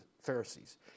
Pharisees